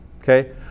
Okay